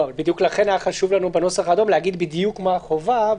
בדיוק לכן היה חשוב לנו בנוסח האדום להגיד בדיוק מהי החובה,